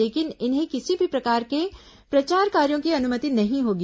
लेकिन इन्हें किसी भी प्रकार के प्रचार कार्यों की अनुमति नहीं होगी